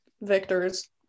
Victor's